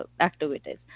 activities